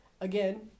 again